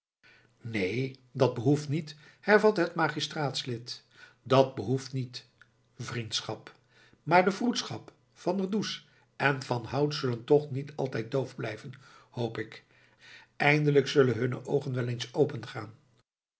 neen dat behoeft niet hervatte het magistraatslid dat behoeft niet vriendschap maar de vroedschap van der does en van hout zullen toch niet altijd doof blijven hoop ik eindelijk zullen hunne oogen wel eens opengaan